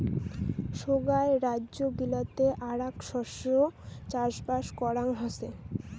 সোগায় রাইজ্য গিলাতে আরাক শস্য চাষবাস করাং হসে